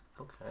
Okay